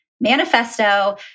manifesto